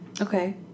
Okay